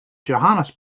johannes